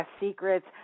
secrets